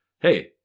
hey